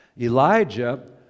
Elijah